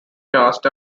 cast